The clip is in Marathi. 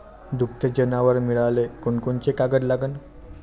दुभते जनावरं मिळाले कोनकोनचे कागद लागन?